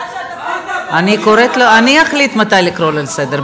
שיוביל לאובדן עשתונות, זה דבר לא נורמטיבי.